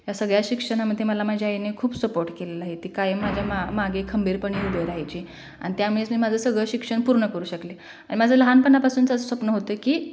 या सगळ्या शिक्षणामध्ये मला माझ्या आईने खूप सपोर्ट केलेला आहे ती कायम माझ्या मा मागे खंबीरपणे उभी राहायची आणि त्यामुळेच मी माझं सगळं शिक्षण पूर्ण करू शकले माझं लहानपणापासूनचं स्वप्न होतं की